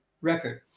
record